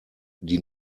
die